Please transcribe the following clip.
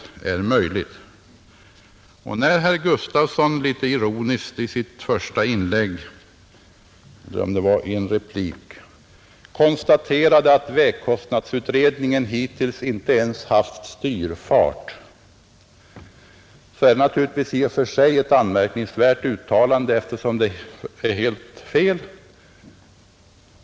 Den statliga trafik När herr Gustafson i Göteborg i sitt första anförande eller i en replik = Politiken m.m. litet ironiskt konstaterade att vägkostnadsutredningen hittills inte ens har haft styrfart, är det naturligtvis i och för sig ett anmärkningsvärt uttalande, eftersom det är helt fel.